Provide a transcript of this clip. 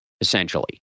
essentially